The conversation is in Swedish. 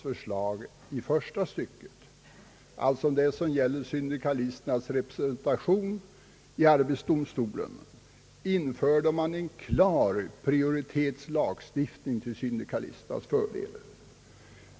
första stycket, alltså det som gäller syndikalisternas representation i arbetsdomstolen, skulle man införa en klar prioritetslagstiftning till syndikalisternas förmån.